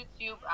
YouTube